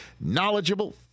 knowledgeable